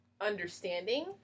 understanding